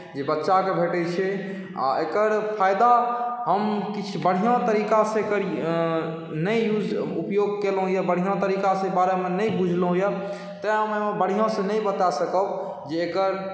जे बच्चाकेँ भेटैत छै आ एकर फायदा हम किछु बढ़िआँ तरीकासँ एकर नहि यूज उपयोग केलहुँ यए बढ़िआँ तरीकासँ ओहि बारेमे नहि बुझलहुँ यए तैँ हम बढ़िआँसँ नहि बता सकब जे एकर